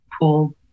pool